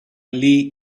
lee